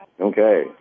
Okay